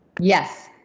Yes